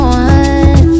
one